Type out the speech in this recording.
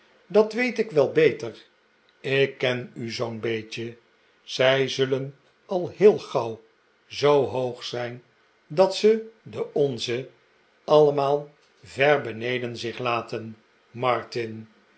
dat weet ik wel beter ik ken u zoo'n beetje zij zullen al heel gauw zoo hoog zijn dat ze de onze allemaal ver beneden zich laten